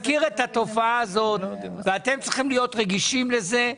אתם צריכים להיות רגישים לזה.